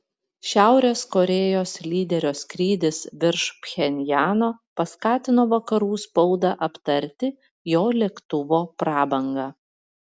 šiaurės korėjos lyderio skrydis virš pchenjano paskatino vakarų spaudą aptarti jo lėktuvo prabangą